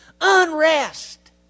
unrest